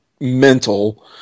mental